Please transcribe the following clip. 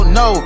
no